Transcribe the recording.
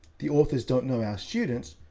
the authors don't know our students,